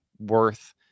worth